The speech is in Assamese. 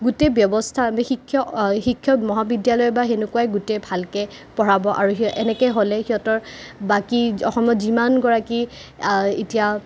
গোটেই ব্যৱস্থা শিক্ষা মহাবিদ্যালয় বা হেনেকুৱা গোটেই ভালকে পঢ়াব আৰু এনেকে হ'লে সিহঁতৰ বাকী অসমত যিমানগৰাকী এতিয়া